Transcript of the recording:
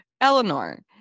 Eleanor